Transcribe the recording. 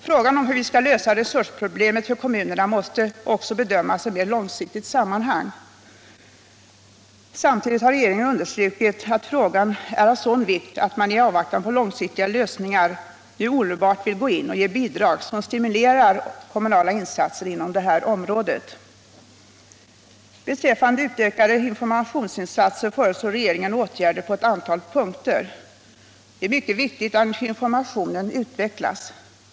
Frågan om hur man skall lösa resursproblemet för kommunerna måste också bedömas i ett mer långsiktigt sammanhang. Samtidigt har regeringen understrukit att frågan är av en sådan vikt att man, i avvaktan på mer långsiktiga lösningar, nu omedelbart vill gå in och ge bidrag som stimulerar kommunala insatser inom det här området. Beträffande utökade informationsinsatser föreslår regeringen åtgärder på ett antal punkter. Det är mycket viktigt att informationen utvecklas.